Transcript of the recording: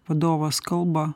vadovas kalba